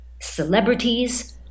celebrities